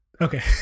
Okay